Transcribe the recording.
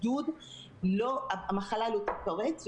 המחלה תתפרץ בבידוד,